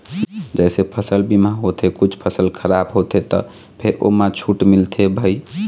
जइसे फसल बीमा होथे कुछ फसल खराब होथे त फेर ओमा छूट मिलथे भई